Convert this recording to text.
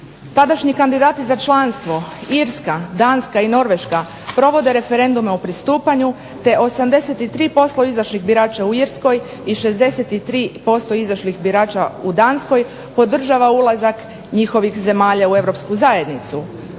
tadašnji kandidati za članstvo Irska, Danska i Norveška provode referendume o pristupanju te 83% izašlih birača u Irskoj i 63% izašlih birača u Danskoj podržava ulazak njihovih zemalja u Europsku zajednicu